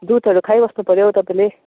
दुधहरू खाइ बस्नुपर्यो तपाईँले